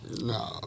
No